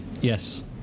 Yes